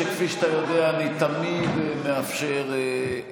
נדמה לי שכפי שאתה יודע אני תמיד מאפשר לאנשים